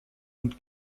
und